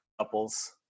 couples